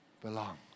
belong